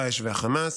דאעש וחמאס,